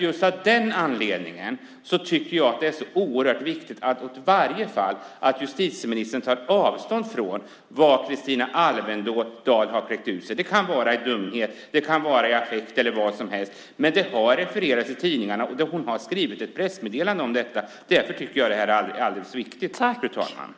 Just av den anledningen är det oerhört viktigt att justitieministern i varje fall tar avstånd från vad Kristina Alvendal har kläckt ur sig. Det kan vara av dumhet, i affekt eller vad som helst, men det har refererats i tidningarna. Hon har skrivit ett pressmeddelande om detta. Därför tycker jag, fru talman, att det här är väldigt viktigt.